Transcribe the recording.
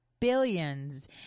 Billions